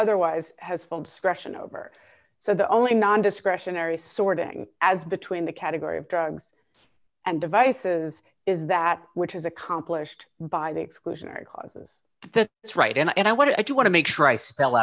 otherwise has full discretion over so the only non discretionary sorting as between the category of drugs and devices is that which is accomplished by the exclusionary clauses that it's right and i what i do want to make sure i spell